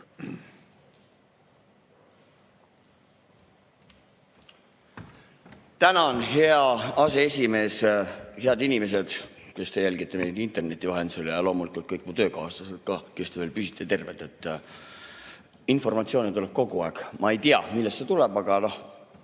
Tänan, hea aseesimees! Head inimesed, kes te jälgite meid interneti vahendusel, ja loomulikult kõik mu töökaaslased, kes te veel püsite terved! Informatsiooni tuleb kogu aeg. Ma ei tea, millest see tuleb, aga